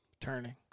turning